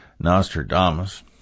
Nostradamus